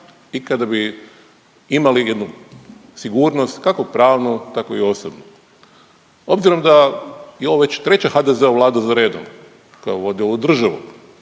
i kada bi imali jednu sigurnost kako pravnu tako i osobnu. Obzirom da je ovo već treća HDZ-ova Vlada za redom koja vodi ovu državu,